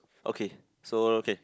okay so okay